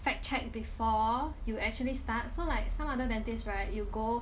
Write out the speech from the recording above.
fact check before you actually start so like some other dentist right you go